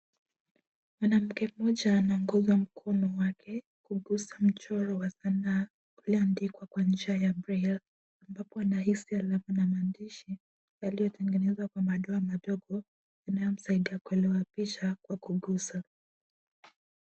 Mwanamke mmoja anaongozwa mkono wake kuguza mchoro wa sana ulioandikwa kwa njia ya braille . Ambapo anahisi kuna maandisi yaliyotengezwa kwa madoa inayomsaidia kuelewa picha kwa kuguza